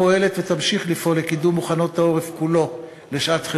פועלת ותמשיך לפעול לקידום מוכנות העורף כולו לשעת-חירום,